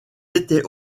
étaient